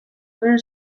duen